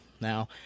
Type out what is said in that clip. Now